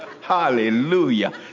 hallelujah